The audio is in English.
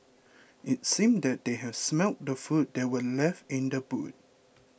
it seemed that they had smelt the food that were left in the boot